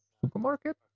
supermarket